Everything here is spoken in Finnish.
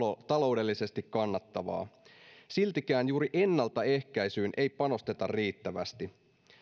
taloudellisesti kannattavaa siltikään juuri ennaltaehkäisyyn ei panosteta riittävästi